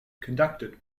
conducted